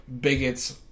bigots